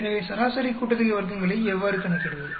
எனவே சராசரி கூட்டுத்தொகை வர்க்கங்களை எவ்வாறு கணக்கிடுவது